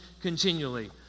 continually